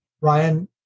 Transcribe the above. Ryan